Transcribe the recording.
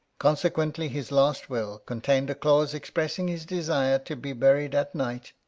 consequently, his last will contained a clause expressing his desire to be buried at night,